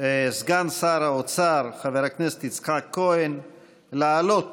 סגן שר האוצר חבר הכנסת יצחק כהן לעלות